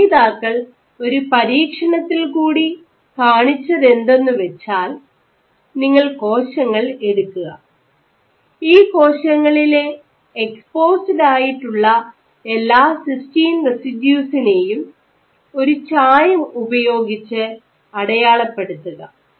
രചയിതാക്കൾ ഒരു പരീക്ഷണത്തിൽകൂടി കാണിച്ചതെന്തെന്നു വെച്ചാൽ നിങ്ങൾ കോശങ്ങൾ എടുക്കുക ഈ കോശങ്ങളിലെ എക്സ്പോസ്ഡ് ആയിട്ടുള്ള എല്ലാ സിസ്റ്റൈൻ റെസിഡ്യൂസിനെയും ഒരു ചായം ഉപയോഗിച്ച് അടയാളപ്പെടുത്തുക